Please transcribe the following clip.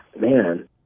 man